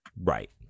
right